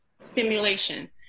stimulation